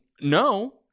No